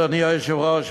אדוני היושב-ראש,